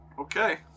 Okay